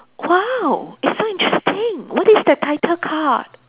!wow! it's so interesting what is that title called